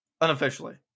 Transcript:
Unofficially